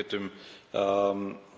T.d.